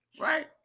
right